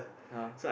ya